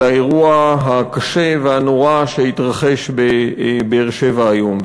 האירוע הקשה והנורא שהתרחש בבאר-שבע היום,